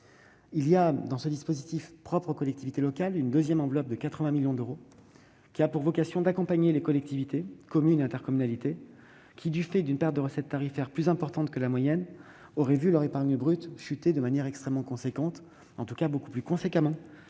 Il y a dans le dispositif propre aux collectivités locales une deuxième enveloppe de 80 millions d'euros. Elle a pour objet d'accompagner les collectivités, communes et intercommunalités, qui, du fait d'une perte de recettes tarifaires plus importante que la moyenne, auraient vu leur épargne brute chuter de manière extrêmement importante, en tout cas beaucoup plus fortement